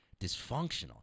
dysfunctional